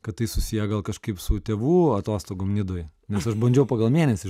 kad tai susiję gal kažkaip su tėvų atostogom nidoj nes aš bandžiau pagal mėnesį